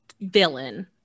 villain